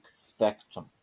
spectrum